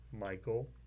Michael